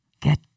Get